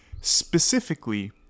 specifically